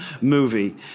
movie